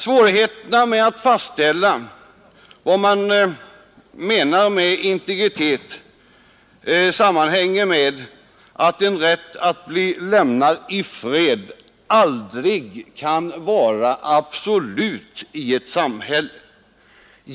Svårigheterna med att fastställa vad man menar med integritet sammanhänger med att en rätt att bli lämnad i fred aldrig kan vara absolut i ett samhälle.